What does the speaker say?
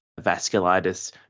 vasculitis